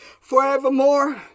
forevermore